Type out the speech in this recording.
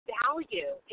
value